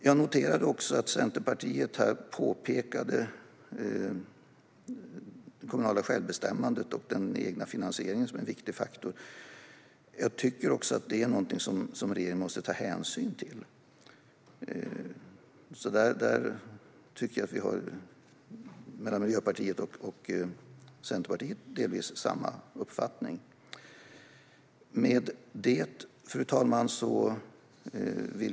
Jag noterade att Centerpartiet tog upp det kommunala självbestämmandet och den egna finansieringen som en viktig faktor. Jag tycker att detta är något som regeringen måste ta hänsyn till, så här har Miljöpartiet och Centerpartiet delvis samma uppfattning. Fru talman!